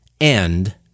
End